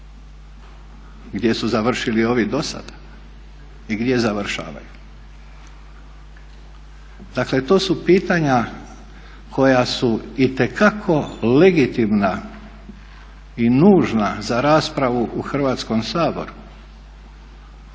Gdje su završili ovi dosada? I gdje završavaju? Dakle to su pitanja koja su itekako legitimna i nužna za raspravu u Hrvatskom saboru